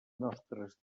nostres